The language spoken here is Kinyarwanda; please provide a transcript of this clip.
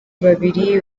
babiri